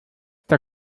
der